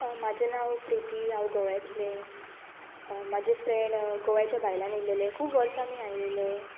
म्हाजें नांव प्रिती हांव गोव्यातलें म्हाजे फ्रेंड गोंयच्या भायल्यान येयलेलें खूब वर्सांनी आयलेले